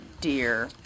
dear